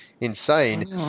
insane